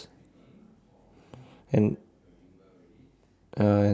and